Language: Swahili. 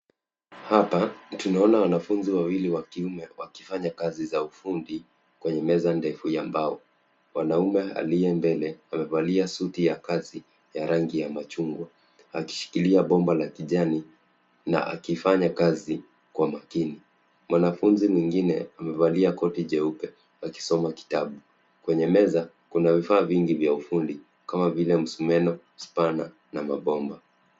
Hapa tunaona wanafunzi wawili wa kiume wakifanya kazi za ufundi kwenye meza ndefu ya mbao. Mwanaume aliye mbele amevalia suti ya kazi ya rangi ya machungwa akishikilia bomba la kijani na akifanya kazi kwa makini. Mwanafunzi mwingine amevalia koti jeupe akisoma kitabu. Kwenye meza kuna vifaa vingi vya ufundi kama vile msumeno, spana na mabomba.